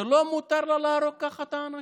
לא מותר לה להרוג ככה את האנשים.